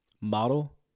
model